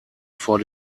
vor